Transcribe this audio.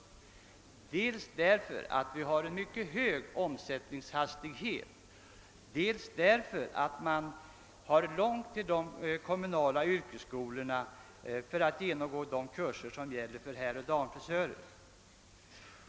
Det beror dels på att det föreligger en mycket hög och snabb omsättning av yrkesutövarna här, dels på att man har mycket långt till de kommunala yrkesskolorna för att genomgå de kurser som gäller för herroch damfrisörer.